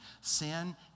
Sin